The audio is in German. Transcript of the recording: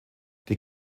die